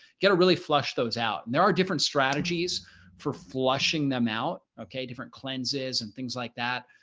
get a really flush those out and there are different strategies for flushing them out. okay, different cleanses and things like that.